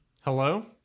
Hello